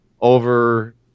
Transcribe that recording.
over